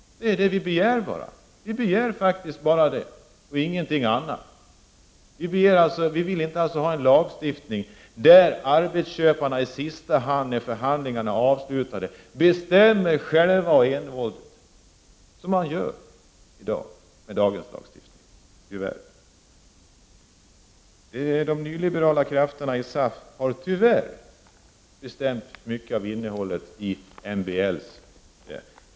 Det säger i sin tur allt om vilket samhälle Sten Östlund vill ha. Vi vill inte ha en lagstiftning, där arbetsköparna i sista hand, när förhandlingarna är avslutade, enväldigt bestämmer hur det skall bli. Det är ju vad som tyvärr sker i dag. De nyliberala krafterna i SAF har tyvärr bestämt mycket av innehållet i MBL.